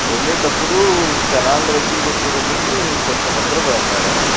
వెళ్ళేటప్పుడు తెనాలి దగ్గరకు వచ్చేటప్పటికి కొంచెం నిద్రబోయాను మేడం